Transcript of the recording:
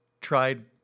tried